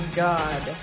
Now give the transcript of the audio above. god